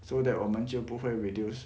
so that 我们就不会 reduce